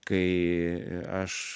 kai aš